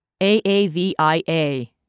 AAVIA